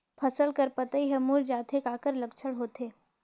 फसल कर पतइ हर मुड़ जाथे काकर लक्षण होथे?